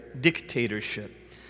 dictatorship